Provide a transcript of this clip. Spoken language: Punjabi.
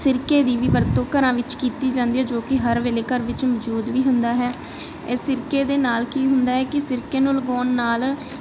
ਸਿਰਕੇ ਦੀ ਵੀ ਵਰਤੋਂ ਘਰਾਂ ਵਿੱਚ ਕੀਤੀ ਜਾਂਦੀ ਹੈ ਜੋ ਕਿ ਹਰ ਵੇਲੇ ਘਰ ਵਿੱਚ ਮੌਜੂਦ ਵੀ ਹੁੰਦਾ ਹੈ ਇਹ ਸਿਰਕੇ ਦੇ ਨਾਲ ਕੀ ਹੁੰਦਾ ਹੈ ਕਿ ਸਿਰਕੇ ਨੂੰ ਲਗਾਉਣ ਨਾਲ